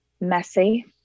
Messy